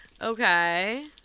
Okay